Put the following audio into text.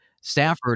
Stafford